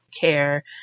care